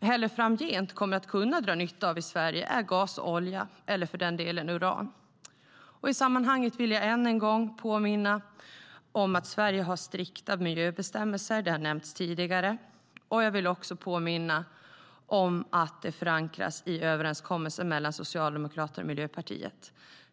heller framdeles kommer att kunna dra nytta av i Sverige är gas och olja - eller för den delen uran. I sammanhanget vill jag än en gång påminna om att Sverige har strikta miljöbestämmelser, vilket har nämnts tidigare. Jag vill också påminna om att detta förankras i den överenskommelse som finns mellan Socialdemokraterna och Miljöpartiet.